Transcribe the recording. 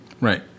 right